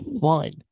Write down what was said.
fun